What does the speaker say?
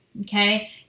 okay